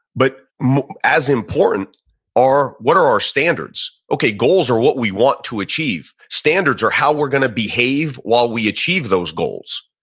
but as important are what are our standards? okay, goals are what we want to achieve. standards are how we're going to behave while we achieve those goals.